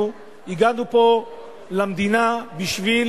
הגענו פה למדינה בשביל